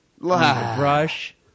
Brush